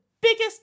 biggest